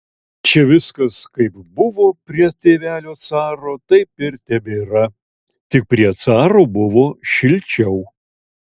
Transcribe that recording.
čia viskas kaip buvo prie tėvelio caro taip ir tebėra tik prie caro buvo šilčiau